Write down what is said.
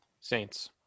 Saints